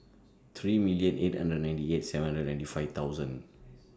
three million eight hundred and ninety eight seven and ninety five thousand